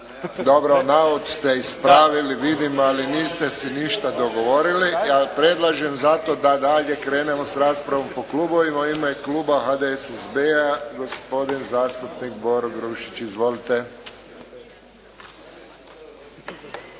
Dobro, navod ste ispravili, vidim, ali niste se ništa dogovorili, ja predlažem zato da dalje krenemo s raspravom po klubovima. U ime kluba HDSSB-a, gospodin zastupnik Boro Grubišić. Izvolite.